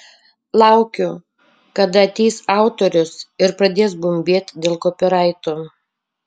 laukiu kada ateis autorius ir pradės bumbėt dėl kopyraitų